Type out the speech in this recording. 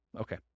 Okay